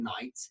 night